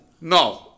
No